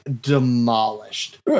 demolished